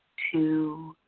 two,